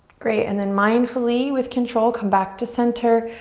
great, and then mindfully, with control, come back to center,